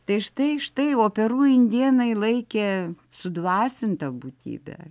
tai štai štai o peru indėnai laikė sudvasinta būtybe